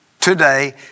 today